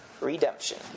redemption